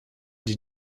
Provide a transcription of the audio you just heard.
die